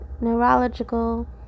Neurological